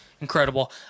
incredible